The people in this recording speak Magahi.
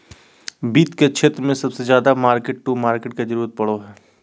वित्त के क्षेत्र मे सबसे ज्यादा मार्किट टू मार्केट के जरूरत पड़ो हय